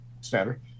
standard